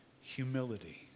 humility